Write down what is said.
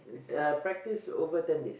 uh practice over ten days